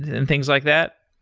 and things like that?